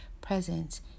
presence